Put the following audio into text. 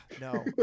no